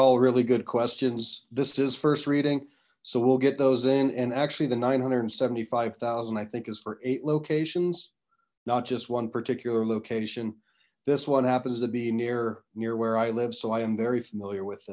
all really good questions this is first reading so we'll get those in and actually the nine hundred and seventy five thousand think is for eight locations not just one particular location this one happens to be near near where i live so i am very familiar with